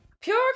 pure